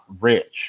rich